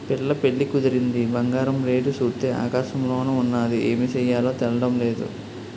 పిల్ల పెళ్లి కుదిరింది బంగారం రేటు సూత్తే ఆకాశంలోన ఉన్నాది ఏమి సెయ్యాలో తెల్డం నేదు